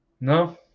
No